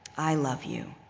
i love you.